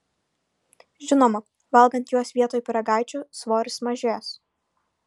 žinoma valgant juos vietoj pyragaičių svoris mažės